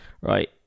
Right